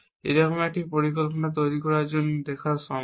এইরকম একটি পরিকল্পনা তৈরি করার জন্য দেখা সম্ভব